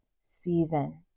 season